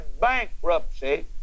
bankruptcy